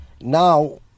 Now